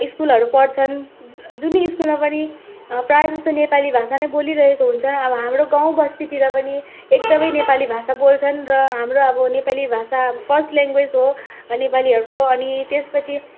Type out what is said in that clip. स्कुहरू पढ्छन् जुनै स्कुलमा पनि प्रायः जस्तो नेपाली भाषा नै बोलिरहेको हुन्छ अब हाम्रो गाउँ बस्तीतिर पनि एकदमै नेपाली भाषा बोल्छन् र हाम्रो अब नेपाली भाषा फर्स्ट ल्याङ्ग्वेज हो नेपालीहरूको अनि त्यसपछि